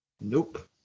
Nope